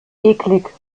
eklig